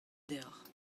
deocʼh